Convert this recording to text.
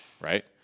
Right